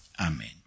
Amen